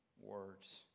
words